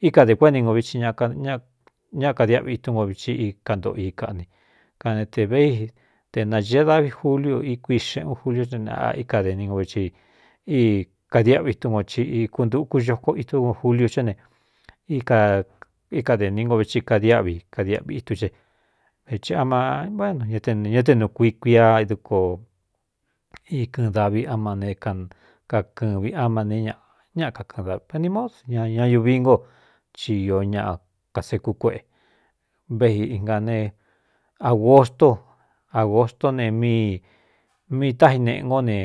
Ika dē kuéꞌe ni ngo viti ña kadiáꞌvi itúnko viti íka ntoꞌo i kaꞌni kanete véi te nañēe davi juliu ikui xeꞌ un juliú é n íkadeni ngo vi í kadiáꞌvi tún ko ci ikuntuku xoko itú ko juliu cé ne aíkade ni ngo vitsi kadiáꞌvi kadiáꞌvi itu ce veci amaáꞌnu ña ñá te nuu kui kuia duko ikɨꞌɨn davi ama ne kakɨvi ama ne ñaꞌa ñáꞌa kakɨꞌɨn da ve ni mód ñña ñuvi ngo ci īó ñaꞌ kasekú kuéꞌe véꞌi inga ne āgostó abgostó ne míi mii tájin neꞌe ngó ne